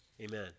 Amen